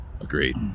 Agreed